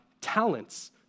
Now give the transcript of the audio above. talents